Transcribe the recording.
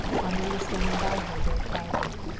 henri was standing by her very quietly.